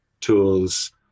tools